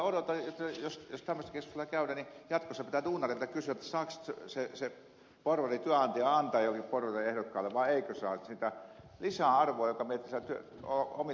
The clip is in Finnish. minä kyllä odotan jotta jos tämmöistä keskustelua käydään niin jatkossa pitää duunareilta kysyä saako se on sitä lisäarvo että työ oli